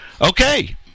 Okay